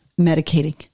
medicating